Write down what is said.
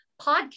podcast